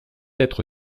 être